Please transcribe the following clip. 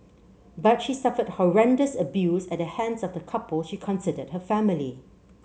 but she suffered horrendous abuse at the hands of the couple she considered her family